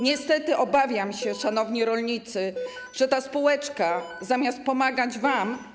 Niestety obawiam się, szanowni rolnicy, że ta spółeczka, zamiast pomagać wam.